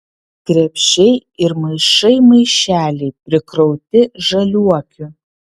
krepšiai ir maišai maišeliai prikrauti žaliuokių